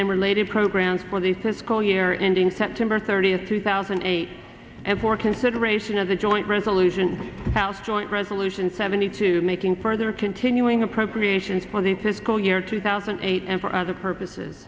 and related programs for the sisko here in doing september thirtieth two thousand and eight and for consideration of the joint resolution house joint resolution seventy two making further continuing appropriations for the fiscal year two thousand and eight and for other purposes